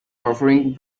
offering